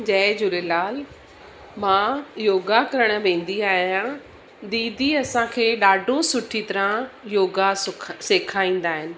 जय झूलेलाल मां योगा करणु वेंदी आहियां दीदी असांखे ॾाढो सुठी तरह योगा सुख सेखारींदा आहिनि